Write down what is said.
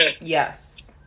Yes